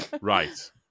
Right